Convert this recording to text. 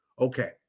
okay